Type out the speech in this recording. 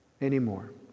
anymore